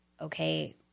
okay